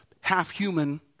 half-human